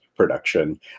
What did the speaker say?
Production